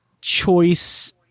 choice